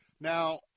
Now